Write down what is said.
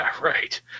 right